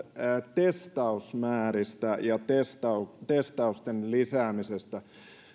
testausmääristä ja testausten lisäämisestä